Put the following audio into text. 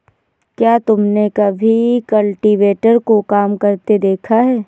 क्या तुमने कभी कल्टीवेटर को काम करते देखा है?